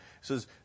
says